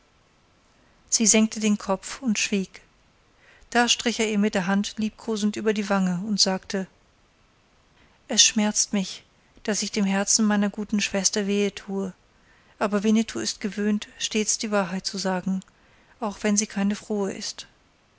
sie senkte den kopf und schwieg da strich er ihr mit der hand liebkosend über die wange und sagte es schmerzt mich daß ich dem herzen meiner guten schwester wehe tue aber winnetou ist gewöhnt stets die wahrheit zu sagen auch wenn sie keine frohe ist